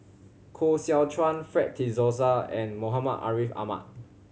Koh Seow Chuan Fred De Souza and Muhammad Ariff Ahmad